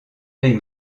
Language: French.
les